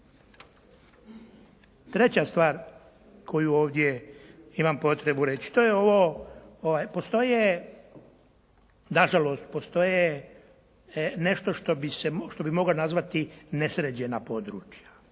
Treća stvar koju ovdje imam potrebu reći to je ovo, postoje, nažalost postoje nešto što bih mogao nazvati nesređena područja,